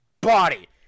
body